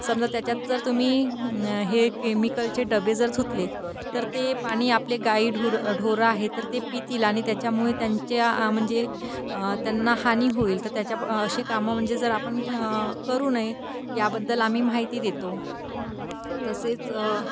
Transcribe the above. समजा त्याच्यात जर तुम्ही हे केमिकलचे डबे जर धुतले तर ते पाणी आपले गाई ढुरं ढोरं आहे तर ते पितील आणि त्याच्यामुळे त्यांच्या म्हणजे त्यांना हानी होईल तर त्याच्या प असे कामं म्हणजे जर आपण करू नये याबद्दल आम्ही माहिती देतो तसेच